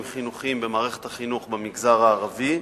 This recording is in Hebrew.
חינוכיים במערכת החינוך במגזר הערבי,